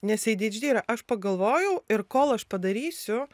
nes ei dy eidž dy yra aš pagalvojau ir kol aš padarysiu